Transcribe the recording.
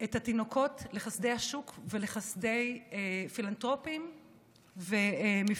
את התינוקות לחסדי השוק ולחסדי פילנתרופים ומבצעים.